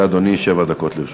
בבקשה, אדוני, שבע דקות לרשותך.